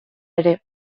ere